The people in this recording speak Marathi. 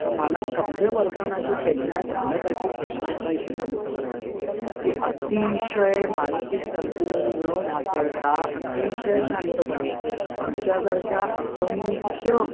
तं मला सभ्यवर्तनाची त्याच्या चालकाची प्रशंसा इथे नमूद करायचे की अतिशय मानसिक संतुलन न ढासळता अतिशय शांतपणे आमच्यासारख्या असंख्य